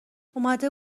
اومده